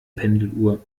pendeluhr